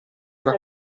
alla